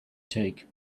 take